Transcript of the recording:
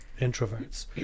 introverts